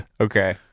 Okay